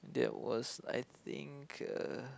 that was I think uh